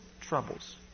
troubles